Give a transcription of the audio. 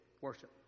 worship